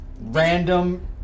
random